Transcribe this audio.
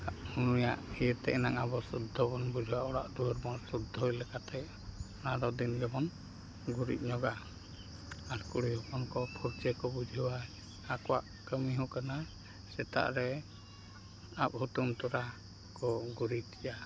ᱩᱱᱤᱭᱟᱜ ᱤᱭᱟᱹᱛᱮ ᱦᱟᱸᱜ ᱟᱵᱚ ᱥᱩᱫᱽᱫᱷᱚ ᱵᱚᱱ ᱵᱩᱡᱷᱟᱹᱣᱟ ᱚᱲᱟᱜ ᱫᱩᱣᱟᱹᱨ ᱵᱚᱱ ᱥᱩᱫᱽᱫᱷᱚ ᱠᱟᱛᱮᱫ ᱚᱱᱟᱫᱚ ᱫᱤᱱ ᱜᱮᱵᱚᱱ ᱜᱩᱨᱤᱡ ᱧᱚᱜᱟ ᱟᱨ ᱠᱩᱲᱤ ᱦᱚᱯᱚᱱ ᱠᱚ ᱯᱷᱟᱨᱪᱟ ᱠᱚ ᱵᱩᱡᱷᱟᱹᱣᱟ ᱟᱠᱚᱣᱟᱜ ᱠᱟᱹᱢᱤ ᱦᱚᱸ ᱠᱟᱱᱟ ᱥᱮᱛᱟᱜ ᱨᱮ ᱟᱵ ᱦᱩᱛᱩᱢ ᱛᱚᱨᱟ ᱠᱚ ᱜᱩᱨᱤᱡᱟ